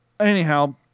Anyhow